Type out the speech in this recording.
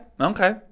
Okay